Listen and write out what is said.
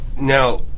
Now